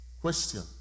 Question